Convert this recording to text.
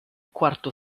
quarto